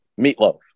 meatloaf